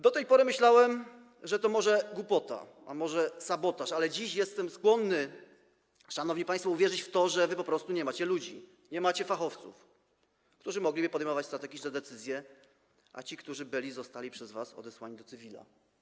Do tej pory myślałem, że to może głupota, a może sabotaż, ale dziś jestem skłonny, szanowni państwo, uwierzyć w to, że wy po prostu nie macie ludzi, nie macie fachowców, którzy mogliby podejmować strategiczne decyzje, a ci, którzy byli, zostali przez was odesłani do cywila.